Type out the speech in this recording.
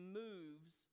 moves